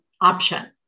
option